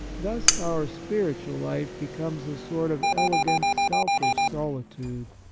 thus our spiritual life becomes a sort of elegant selfish solitude,